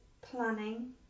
planning